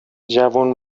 جوون